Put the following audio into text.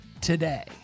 today